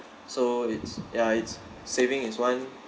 so it's ya it's saving is one